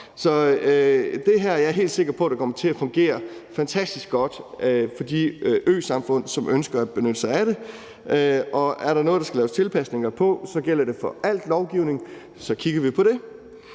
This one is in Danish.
om. Det her er jeg helt sikker på kommer til at fungere fantastisk godt for de øsamfund, som ønsker at benytte sig af det. Og er der noget, der skal laves tilpasninger på, gælder det for al lovgivning, og så kigger vi på det.